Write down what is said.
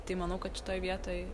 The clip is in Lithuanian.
tai manau kad šitoj vietoj